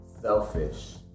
selfish